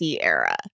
era